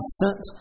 sent